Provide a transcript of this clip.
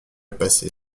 passé